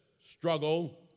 struggle